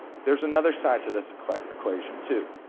there's another side to this equation equation too,